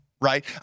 right